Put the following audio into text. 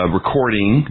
recording